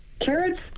carrots